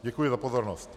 Děkuji za pozornost.